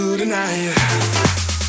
tonight